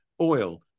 oil